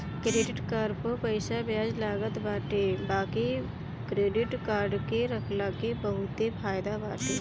credit card पअ बियाज लागत बाटे बाकी क्क्रेडिट कार्ड के रखला के बहुते फायदा बाटे